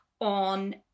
on